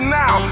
now